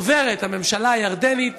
דוברת הממשלה הירדנית,